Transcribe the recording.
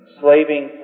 slaving